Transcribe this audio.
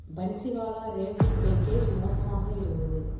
Bansiwala revdi package மோசமாக இருந்தது